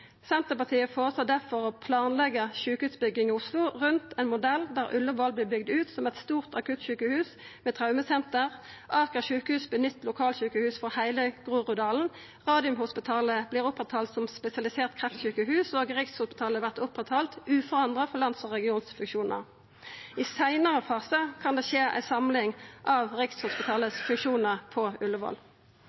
Senterpartiet føreslår difor å planleggja sjukehusutbygginga i Oslo rundt ein modell der Ullevål vert bygd ut som eit stort akuttsjukehus med traumesenter, Aker sjukehus vert nytt lokalsjukehus for heile Groruddalen, Radiumhospitalet vert oppretthalde som spesialisert kreftsjukehus og Rikshospitalet vert oppretthalde uforandra for lands- og regionfunksjonar. I seinare fasar kan det skje ei samling av Rikshospitalets funksjonar på